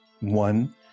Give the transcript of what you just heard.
One